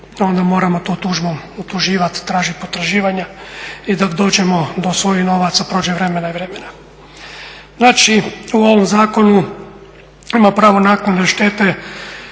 onda moramo to tužbom utuživati, tražiti potraživanja. I dok dođemo do svojih novaca prođe vremena i vremena. Znači u ovom zakonu ima pravo naknade štete